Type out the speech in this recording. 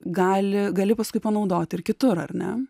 gali gali paskui panaudoti ir kitur ar ne